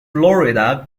florida